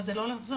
אבל זה לא לחזור.